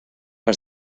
has